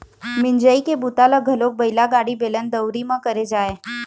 मिंजई के बूता ल घलोक बइला गाड़ी, बेलन, दउंरी म करे जाए